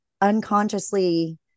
unconsciously